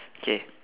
okay